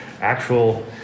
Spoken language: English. actual